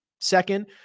second